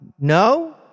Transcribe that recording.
No